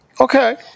okay